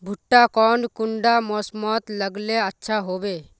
भुट्टा कौन कुंडा मोसमोत लगले अच्छा होबे?